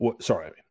sorry